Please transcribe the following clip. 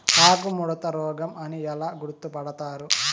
ఆకుముడత రోగం అని ఎలా గుర్తుపడతారు?